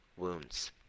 wounds